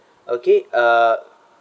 okay uh